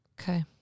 Okay